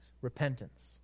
Repentance